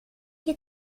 you